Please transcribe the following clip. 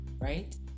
right